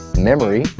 memory,